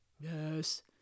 Yes